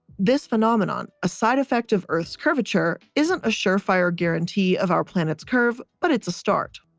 this phenomenon, a side effect of earth's curvature, isn't a surefire guarantee of our planet's curve but it's a start.